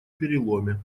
переломе